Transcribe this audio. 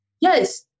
Yes